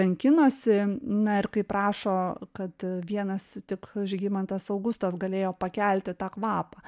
kankinosi na ir kaip rašo kad vienas tik žygimantas augustas galėjo pakelti tą kvapą